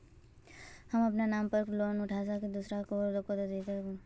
हम अपना नाम पर लोन उठा के दूसरा लोग के दा सके है ने